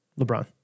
LeBron